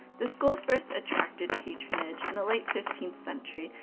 the school first attracted patronage in the late fifteenth century,